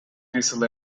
diesel